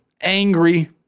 angry